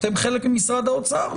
אתם חלק ממשרד האוצר.